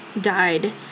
died